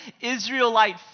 Israelite